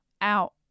out